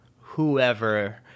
whoever